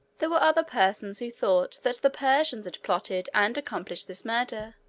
there were other persons who thought that the persians had plotted and accomplished this murder,